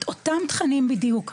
את אותם תכנים בדיוק,